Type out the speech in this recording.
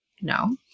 No